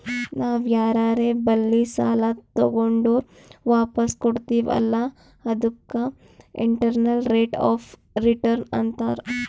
ನಾವ್ ಯಾರರೆ ಬಲ್ಲಿ ಸಾಲಾ ತಗೊಂಡುರ್ ವಾಪಸ್ ಕೊಡ್ತಿವ್ ಅಲ್ಲಾ ಅದಕ್ಕ ಇಂಟರ್ನಲ್ ರೇಟ್ ಆಫ್ ರಿಟರ್ನ್ ಅಂತಾರ್